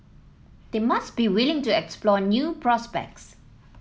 they must be willing to explore new prospects